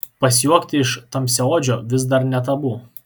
pasijuokti iš tamsiaodžio vis dar ne tabu